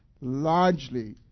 largely